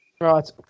Right